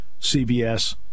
CBS